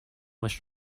was